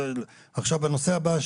בנושא הבא,